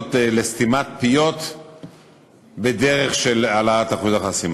הניסיונות לסתימת פיות בדרך של העלאת אחוז החסימה.